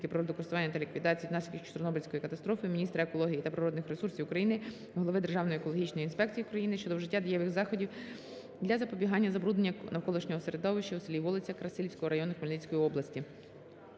природокористування та ліквідації наслідків Чорнобильської катастрофи, міністра екології та природних ресурсів України, голови Державної екологічної інспекції України щодо вжиття дієвих заходів для запобігання забруднення навколишнього середовища у селі Волиця Красилівського району Хмельницької області.